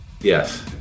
Yes